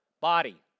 Body